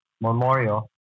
memorial